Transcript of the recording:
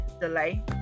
delay